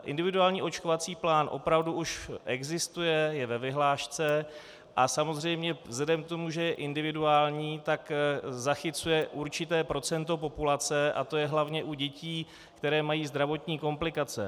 Individuální očkovací plán opravdu už existuje, je ve vyhlášce a samozřejmě vzhledem k tomu, že je individuální, tak zachycuje určité procento populace, to je hlavně u dětí, které mají zdravotní komplikace.